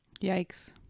Yikes